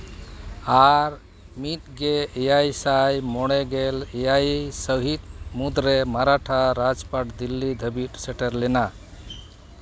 ᱟᱨ ᱢᱤᱫ ᱜᱮ ᱮᱭᱟᱭ ᱥᱟᱭ ᱢᱚᱬᱮ ᱜᱮᱞ ᱮᱭᱟᱭ ᱥᱟᱹᱦᱤᱛ ᱢᱩᱫᱽᱨᱮ ᱢᱟᱨᱟᱴᱷᱟ ᱨᱟᱡᱽᱯᱟᱴ ᱫᱤᱞᱞᱤ ᱫᱷᱟᱹᱵᱤᱡ ᱥᱮᱴᱮᱨ ᱞᱮᱱᱟ